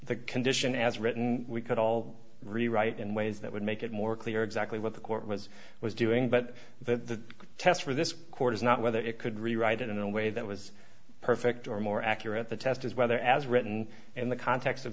the condition as written we could all rewrite in ways that would make it more clear exactly what the court was was doing but the test for this court is not whether it could rewrite it in a way that was perfect or more accurate the test is whether as written in the context of